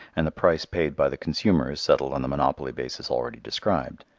and the price paid by the consumer is settled on the monopoly basis already described.